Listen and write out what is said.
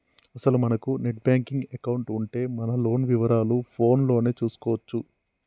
అసలు మనకు net banking account ఉంటే మన లోన్ వివరాలు ఫోన్ లోనే చూసుకోవచ్చు